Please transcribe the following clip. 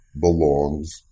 belongs